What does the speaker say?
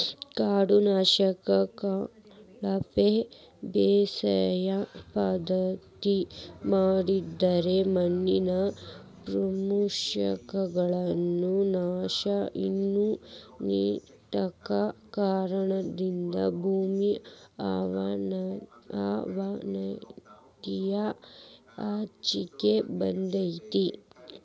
ಕಾಡು ನಾಶ, ಕಳಪೆ ಬೇಸಾಯ ಪದ್ಧತಿ ಮಾಡೋದ್ರಿಂದ ಮಣ್ಣಿನ ಪೋಷಕಾಂಶಗಳ ನಾಶ ಇನ್ನು ಅನೇಕ ಕಾರಣಗಳಿಂದ ಭೂಮಿ ಅವನತಿಯ ಅಂಚಿಗೆ ಬಂದೇತಿ